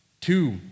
two